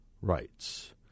rights